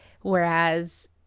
whereas